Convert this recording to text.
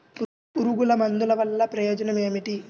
పురుగుల మందుల వల్ల ప్రయోజనం ఏమిటీ?